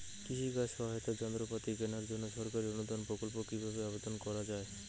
কৃষি কাজে সহায়তার যন্ত্রপাতি কেনার জন্য সরকারি অনুদান প্রকল্পে কীভাবে আবেদন করা য়ায়?